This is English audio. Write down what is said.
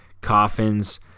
Coffins